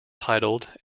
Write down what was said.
titled